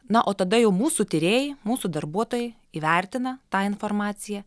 na o tada jau mūsų tyrėjai mūsų darbuotojai įvertina tą informaciją